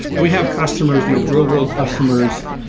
and we have customers, you know real-world customers,